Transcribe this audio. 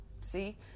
See